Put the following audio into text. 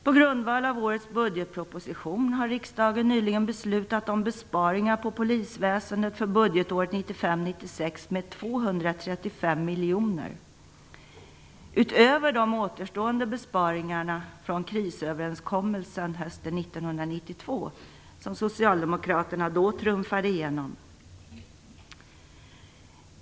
På grundval av årets budgetproposition har riksdagen nyligen beslutat om besparingar inom polisväsendet för budgetåret 1995/96 med 235 miljoner kronor, utöver de återstående besparingarna från krisöverenskommelsen hösten 1992, som socialdemokraterna då trumfade igenom.